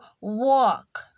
walk